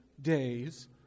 days